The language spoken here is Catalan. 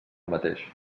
mateix